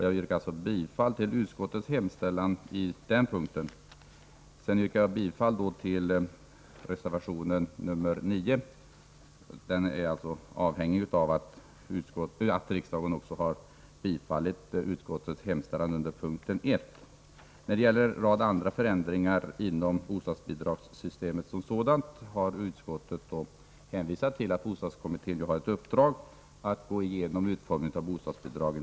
Jag yrkar således bifall till utskottets hemställan på den punkten. Vidare yrkar jag bifall till reservation nr 9, som är avhängig av att riksdagen bifallit utskottets hemställan under punkt 1. När det gäller en rad andra förändringar inom bostadsbidragssystemet som sådant har utskottet hänvisat till att bostadskommittén fått i uppdrag att studera utformningen av bostadsbidragen.